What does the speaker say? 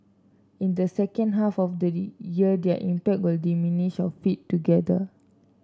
in the second half of the year their impact will diminish or fade altogether